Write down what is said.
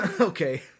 Okay